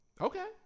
Okay